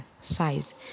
size